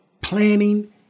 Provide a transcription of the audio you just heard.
planning